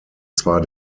zwar